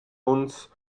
uns